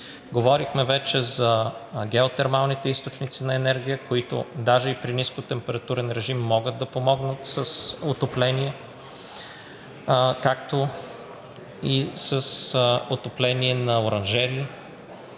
Говорихме вече за геотермалните източници на енергия, които даже и при нискотемпературен режим могат да помогнат с отопление, както и с отопление на оранжерии.